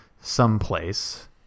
someplace